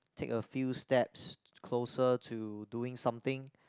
take a few steps closer to doing something